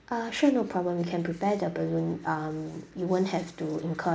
uh sure no problem we can prepare the balloon um you won't have to incur